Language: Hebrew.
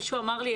מישהו אמר לי,